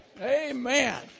Amen